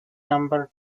number